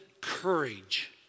courage